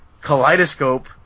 kaleidoscope